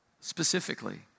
specifically